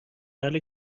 حالی